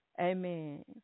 Amen